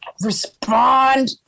respond